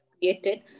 created